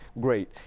great